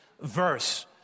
verse